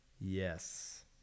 Yes